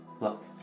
Look